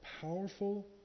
powerful